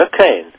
Okay